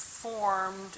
Formed